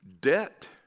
Debt